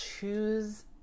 choose